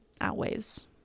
outweighs